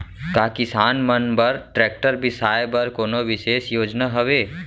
का किसान मन बर ट्रैक्टर बिसाय बर कोनो बिशेष योजना हवे?